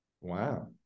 Wow